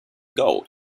gold